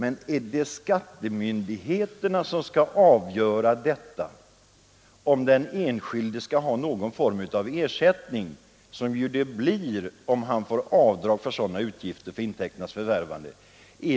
Är det skattemyndigheterna som skall avgöra om den enskilde skall ha någon form av ersättning, som det ju blir om han får avdrag för sådana utgifter för intäkternas förvärvande?